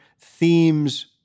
themes